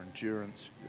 endurance